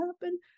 happen